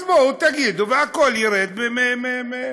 אז בואו תגידו והכול ירד מסדר-היום.